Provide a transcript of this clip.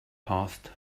passed